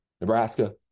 Nebraska